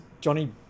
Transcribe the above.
Johnny